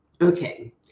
okay